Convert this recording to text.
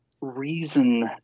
reason